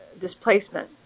displacement